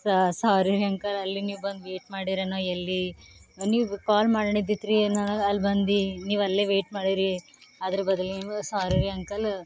ಸಾರಿ ರೀ ಅಂಕಲ್ ಅಲ್ಲಿಗೆ ನೀವು ಬಂದು ವೇಟ್ ಮಾಡಿರೇನೊ ಎಲ್ಲಿ ನೀವು ಕಾಲ್ ಮಾಡಿದ್ದಿತ್ತು ರೀ ನನಗೆ ಅಲ್ಲಿ ಬಂದು ನೀವು ಅಲ್ಲೇ ವೇಟ್ ಮಾಡಿರಿ ಅದ್ರ ಬದ್ಲು ನೀವು ಸಾರೀ ರೀ ಅಂಕಲ